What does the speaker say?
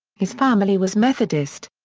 his family was methodist.